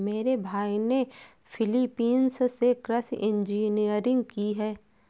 मेरे भाई ने फिलीपींस से कृषि इंजीनियरिंग की है